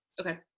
okay